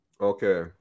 Okay